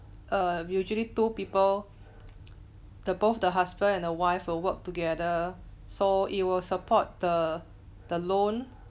err usually two people the both the husband and wife will work together so it will support the the loan